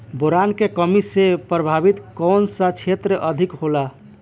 Boron के कमी से प्रभावित कौन सा क्षेत्र अधिक होला?